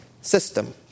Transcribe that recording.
system